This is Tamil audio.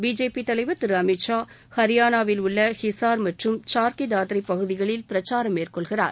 பிஜேபி தலைவர் திரு அமித் ஷா ஹரியானாவில் உள்ள ஹிசார் மற்றும் சார்க்கி டாத்திரி பகுதிகளில் பிரச்சாரம் மேற்கொள்கிறார்